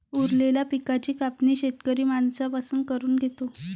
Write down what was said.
उरलेल्या पिकाची कापणी शेतकरी माणसां पासून करून घेतो